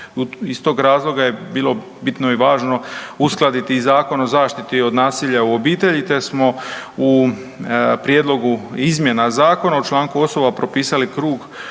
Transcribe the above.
iz tog razloga bilo je bitno i važno uskladiti i Zakon o zaštiti od nasilja u obitelji te smo u prijedlogu izmjena zakona o članku osoba propisali krug